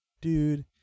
dude